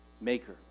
maker